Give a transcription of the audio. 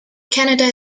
canada